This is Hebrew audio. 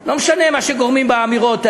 לא משנה מה שגורמים באמירות האלה,